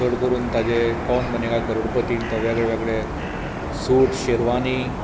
चड करून ताचे कौन बनेगा करोडपतीन तो वेगळे वेगळे सूट शेरवानीं